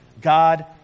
God